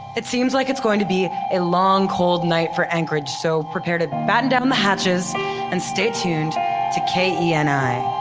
it seems like it's going to be a long cold night for anchorage, so prepare to batten down the hatches and stay tuned to keni. yeah five.